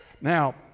Now